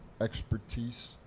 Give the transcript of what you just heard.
expertise